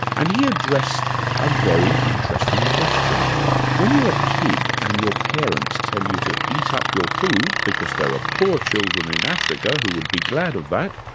and he addressed a very interesting question when you're a kid and your parents tell you to eat up your food because there are poor children in africa who would be glad of that,